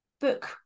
book